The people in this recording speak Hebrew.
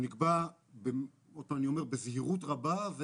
והוא נקבע בזהירות רבה,